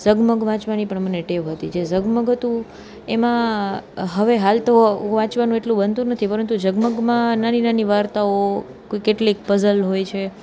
ઝગમગ વાંચવાની પણ મને ટેવ હતી જે ઝગમગ હતું એમાં હવે હાલ તો વાંચવાનું એટલું બનતું નથી પરંતુ ઝગમગ માં નાની નાની વાર્તાઓ કે કેટલીક પઝલ હોય છે